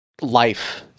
life